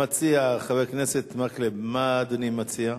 המציע, חבר כנסת מקלב, מה אדוני מציע?